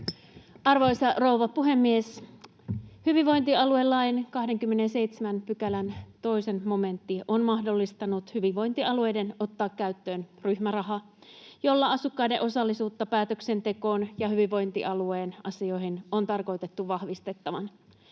Arvoisa rouva puhemies! Hyvinvointialuelain 27 §:n 2 momentti on mahdollistanut hyvinvointialueiden ottaa käyttöön ryhmäraha, jolla asukkaiden osallisuutta päätöksentekoon ja hyvinvointialueen asioihin on tarkoitettu vahvistettavan.